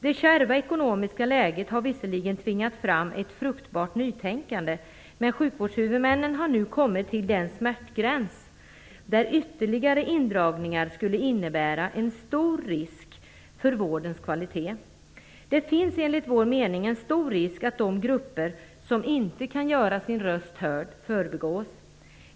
Det kärva ekonomiska läget har visserligen tvingat fram ett fruktbart nytänkande men sjukvårdshuvudmännen har nu kommit till den smärtgräns där ytterligare indragningar skulle innebära en stor risk för vårdens kvalitet. Det finns enligt vår mening en stor risk att de grupper som inte kan göra sin röst hörd förbigås.